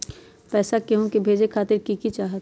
पैसा के हु के भेजे खातीर की की चाहत?